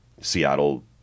Seattle